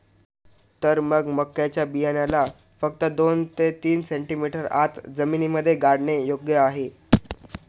तर मग मक्याच्या बियाण्याला फक्त दोन ते तीन सेंटीमीटर आत जमिनीमध्ये गाडने योग्य आहे